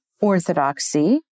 orthodoxy